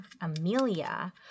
Amelia